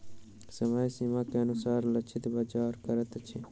समय सीमा के अनुसार लक्षित बाजार करैत अछि